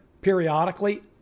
periodically